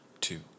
two